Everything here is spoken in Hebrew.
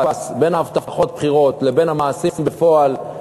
בין הבטחות בחירות לבין המעשים בפועל.